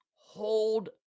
hold